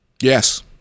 Yes